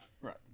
Right